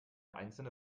einzelne